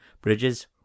bridges